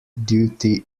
duty